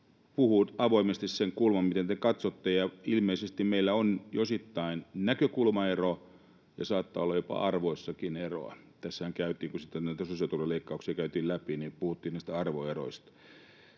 puhuu avoimesti sen kulman, miten te katsotte. Ilmeisesti meillä on osittain näkökulmaero ja saattaa olla jopa arvoissakin eroa. Tässähän kun käytiin näitä sosiaaliturvaleikkauksia läpi, niin puhuttiin näistä arvoeroista.